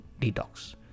detox